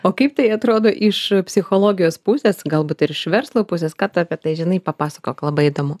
o kaip tai atrodo iš psichologijos pusės galbūt ir iš verslo pusės ką tu apie tai žinai papasakok labai įdomu